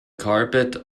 carpet